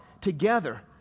together